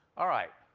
all right,